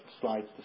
slides